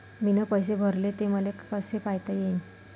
मीन पैसे भरले, ते मले कसे पायता येईन?